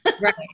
Right